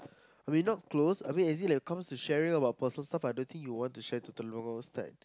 we not close I mean as in like when it comes to sharing about personal stuff I don't think you will want to share to Telok-Blangah Ustad